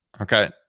Okay